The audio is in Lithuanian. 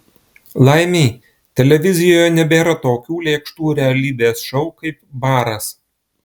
laimei televizijoje nebėra tokių lėkštų realybės šou kaip baras